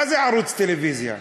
מה זה ערוץ טלוויזיה?